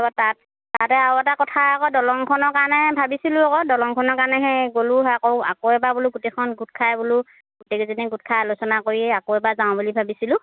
তাত তাতে আৰু এটা কথা আকৌ দলংখনৰ কাৰণে ভাবিছিলোঁ আকৌ দলংখনৰ কাৰণে সেই গ'লোঁ হয় আকৌ আকৌ এবাৰ সেই গোটেইখন গোট খাই বোলো গোটেইকেইজনী গোট খাই আলোচনা কৰি আকৌ এবাৰ যাওঁ বুলি ভাবিছিলোঁ